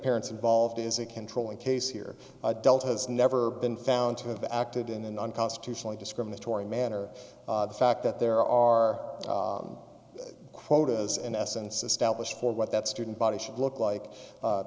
parents involved is a controlling case here adult has never been found to have acted in an unconstitutional discriminatory manner the fact that there are quotas in essence established for what that student body should look like